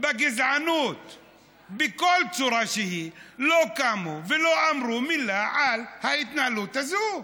בגזענות בכל צורה שהיא לא קמו ולא אמרו מילה על ההתנהלות הזאת.